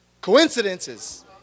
Coincidences